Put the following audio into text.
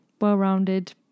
well-rounded